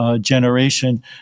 generation